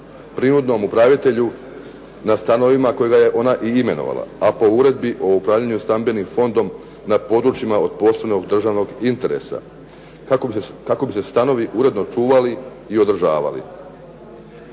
prinudnom upravitelju na stanovima kojega je ona i imenovala, a po uredbi o upravljanju stambenim fondom na područjima od posebnog državnog interesa kako bi se stanovi uredno čuvali i održavali.